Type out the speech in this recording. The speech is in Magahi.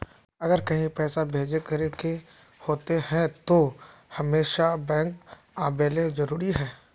अगर कहीं पैसा भेजे करे के होते है तो हमेशा बैंक आबेले जरूरी है?